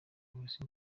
polisi